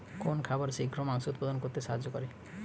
কোন খাবারে শিঘ্র মাংস উৎপন্ন করতে সাহায্য করে?